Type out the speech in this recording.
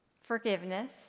forgiveness